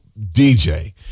DJ